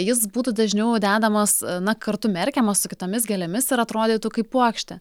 jis būtų dažniau dedamas na kartu merkiamas su kitomis gėlėmis ar atrodytų kaip puokštė